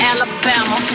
Alabama